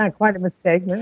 ah quite a mistake